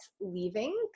leaving